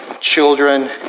Children